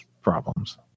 problems